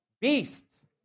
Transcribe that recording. beasts